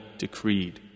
decreed